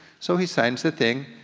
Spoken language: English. so he signs the thing.